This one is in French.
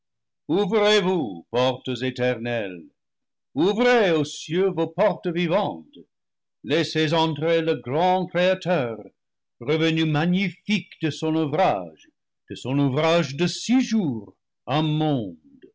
ouvrez-vous portes éternelles ouvrez ô cieux vos perdu portes vivantes laissez entrer le grand créateur revenu ma gnifique de son ouvrage de son ouvrage de six jours un monde